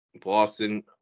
Boston